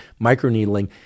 microneedling